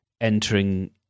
entering